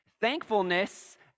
Thankfulness